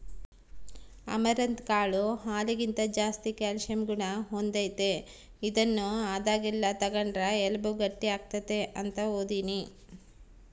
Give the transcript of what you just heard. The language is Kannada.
ಅಮರಂತ್ ಕಾಳು ಹಾಲಿಗಿಂತ ಜಾಸ್ತಿ ಕ್ಯಾಲ್ಸಿಯಂ ಗುಣ ಹೊಂದೆತೆ, ಇದನ್ನು ಆದಾಗೆಲ್ಲ ತಗಂಡ್ರ ಎಲುಬು ಗಟ್ಟಿಯಾಗ್ತತೆ ಅಂತ ಓದೀನಿ